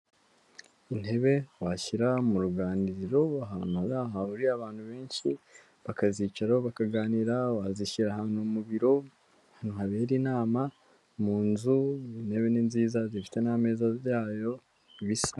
Intebe washyira mu ruganiriro ahantu hahuriye abantu benshi bakazicaraho bakaganira, wazishyiraho wazishyira ahantu mu biro, ahantu habera inama, mu nzu, intebe ni nziza zifite n'ameza yayo bisa.